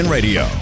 Radio